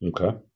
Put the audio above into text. Okay